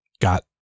got